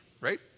right